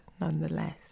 nonetheless